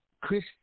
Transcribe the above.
Chris